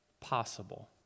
possible